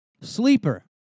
Sleeper